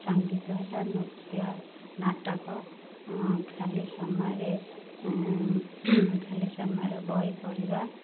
ସଙ୍ଗୀତ ହେଲା ନୃତ୍ୟ ନାଟକ ଖାଲି ସମୟରେ ଖାଲି ସମୟରେ ବହି ପଢ଼ିବା